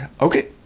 okay